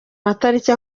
matariki